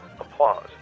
applause